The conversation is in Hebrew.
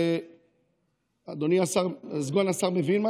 אדוני סגן השר מבין?